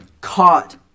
caught